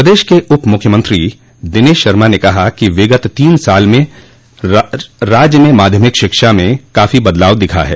प्रदेश के उपमुख्यमंत्री दिनेश शर्मा ने कहा कि विगत तीन साल में राज्य में माध्यमिक शिक्षा में काफी बदलाव दिखा है